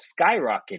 skyrocketed